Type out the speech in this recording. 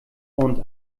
und